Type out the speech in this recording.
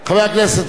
רק הוא לא הצביע.